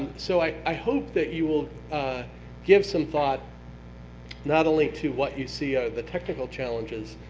so i i hope that you will give some thought not only to what you see are the technical challenges,